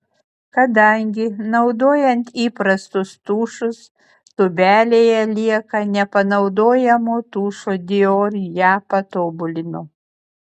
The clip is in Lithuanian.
kadangi naudojant įprastus tušus tūbelėje lieka nepanaudojamo tušo dior ją patobulino